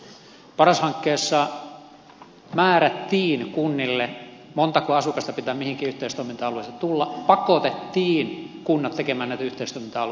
paras hankkeessa määrättiin kunnille montako asukasta pitää mihinkin yhteistoiminta alueeseen tulla pakotettiin kunnat tekemään näitä yhteistoiminta alueita